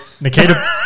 Nikita